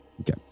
Okay